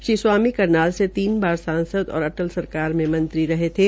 श्री स्वामी कनाल से तीन बार सांसद और अटल सरकार में मंत्री रहे थे